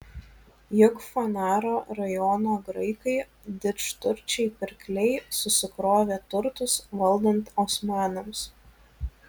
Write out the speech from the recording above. juk fanaro rajono graikai didžturčiai pirkliai susikrovė turtus valdant osmanams